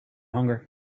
hunger